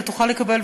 ותוכל לקבל,